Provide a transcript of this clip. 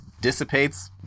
dissipates